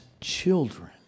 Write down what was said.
children